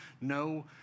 no